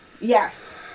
Yes